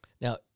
Now